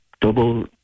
double